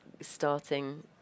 starting